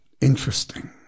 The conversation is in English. interesting